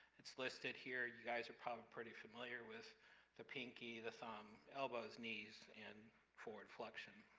it's listed here. you guys are probably pretty familiar with the pinkie, the thumb, elbows, knees, and forward flexion.